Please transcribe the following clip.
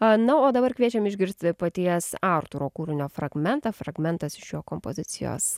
a na o dabar kviečiam išgirsti paties artūro kūrinio fragmentą fragmentas iš jo kompozicijos